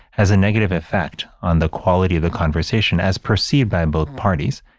has a negative effect on the quality of the conversation as perceived by both parties.